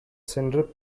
சென்ற